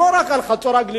לא רק על חצור-הגלילית,